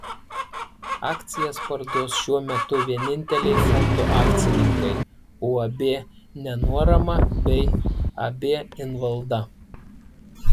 akcijas parduos šiuo metu vieninteliai fondo akcininkai uab nenuorama bei ab invalda